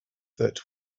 that